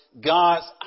God's